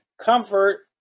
comfort